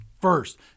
First